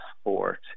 sport